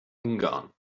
ungarn